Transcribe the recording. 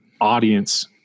audience